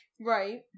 Right